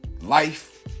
life